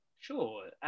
Sure